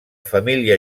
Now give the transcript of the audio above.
família